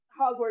Hogwarts